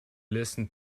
listen